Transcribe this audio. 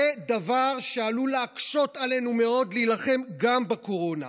זה דבר שעלול להקשות עלינו מאוד להילחם גם בקורונה.